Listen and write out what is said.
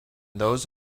those